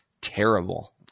terrible